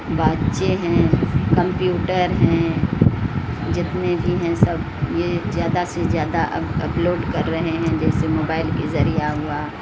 بچے ہیں کمپیوٹر ہیں جتنے بھی ہیں سب یہ زیادہ سے زیادہ اپلوڈ کر رہے ہیں جیسے موبائل کے ذریعہ ہوا